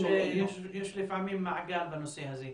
נכון, יש לפעמים מעגל בנושא הזה.